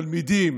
תלמידים,